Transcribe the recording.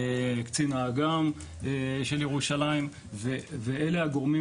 קצין האג"מ של ירושלים ואלה הגורמים